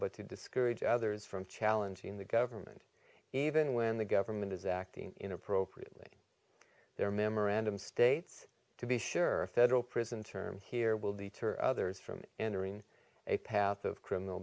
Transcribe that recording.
but to discourage others from challenging the government even when the government is acting in appropriately their memorandum states to be sure federal prison term here will deter others from entering a path of criminal